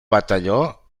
batalló